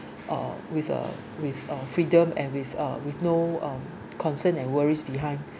uh with uh with uh freedom and with uh with no um concerns and worries behind